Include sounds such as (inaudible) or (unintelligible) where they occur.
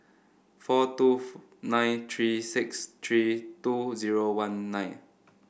four two (unintelligible) nine three six three two zero one nine